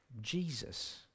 Jesus